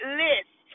list